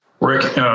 Rick